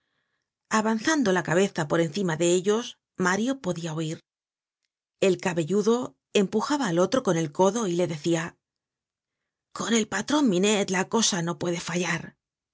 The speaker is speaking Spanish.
avanzando la cabeza por encima de ellos mario podia oir el cabelludo empujaba al otro con el codo y le decia con el patron minette la cosa no puede fallar